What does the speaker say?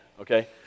okay